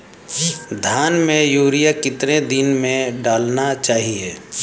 धान में यूरिया कितने दिन में डालना चाहिए?